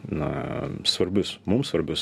na svarbius mums svarbius